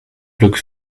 glück